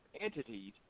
entities